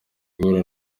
guhura